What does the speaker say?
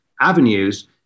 avenues